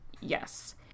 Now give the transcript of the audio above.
Yes